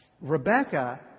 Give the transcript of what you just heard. Rebecca